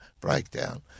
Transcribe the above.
breakdown